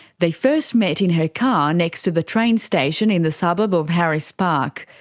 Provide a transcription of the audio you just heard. they first met in her car next to the train station in the suburb of harris park.